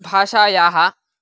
भाषायाः